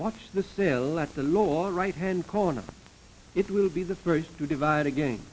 watch the sale at the law right hand corner it will be the first to divide again